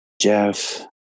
Jeff